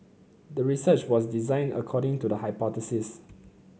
the research was designed according to the hypothesis